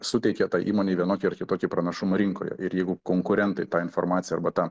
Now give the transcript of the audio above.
suteikė tai įmonei vienokį ar kitokį pranašumą rinkoje ir jeigu konkurentai tą informaciją arba tą